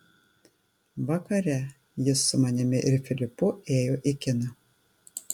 vakare jis su manimi ir filipu ėjo į kiną